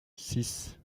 six